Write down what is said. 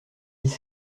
dix